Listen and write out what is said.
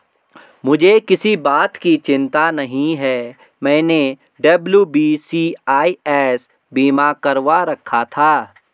मुझे किसी बात की चिंता नहीं है, मैंने डब्ल्यू.बी.सी.आई.एस बीमा करवा रखा था